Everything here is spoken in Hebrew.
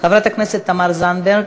חברת הכנסת תמר זנדברג.